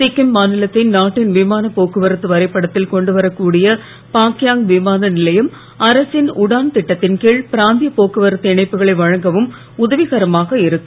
சிக்கிம் மாநிலத்தை நாட்டின் விமானப் போக்குவரத்து வரைபடத்தில் கொண்டுவரக்கூடிய பாக்யாங் விமான நிலையம் அரசின் உடான் திட்டத்தின் கீழ் பிராந்தியப் போக்குவரத்து இணைப்புகளை வழங்கவும் உதவிகரமாக இருக்கும்